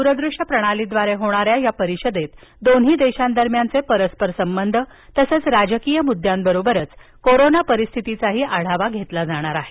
दूरदृश्य प्रणालीद्वारे होणाऱ्या या परिषदेत दोन्ही देशांदरम्यानचे परस्पर संबंध तसंच राजकीय मुद्द्यांबरोबरच कोरोना परिस्थितीचाही आढावा घेतला जाणार आहे